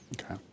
Okay